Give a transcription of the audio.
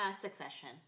Succession